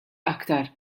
aktar